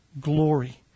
glory